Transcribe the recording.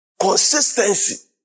Consistency